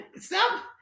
Stop